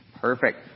Perfect